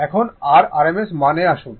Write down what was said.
এখন r RMS মান এ আসুন